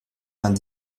vingt